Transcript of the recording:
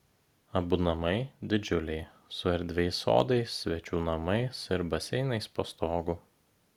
abu namai didžiuliai su erdviais sodais svečių namais ir baseinais po stogu